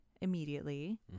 immediately